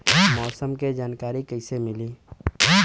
मौसम के जानकारी कैसे मिली?